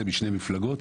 משתי מפלגות.